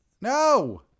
No